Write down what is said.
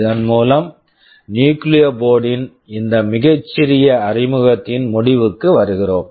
இதன் மூலம் Nucleo board Nucleo board ன் இந்த மிகச் சிறிய அறிமுகத்தின் முடிவுக்கு வருகிறோம்